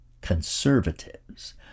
Conservatives